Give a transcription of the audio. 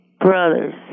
brothers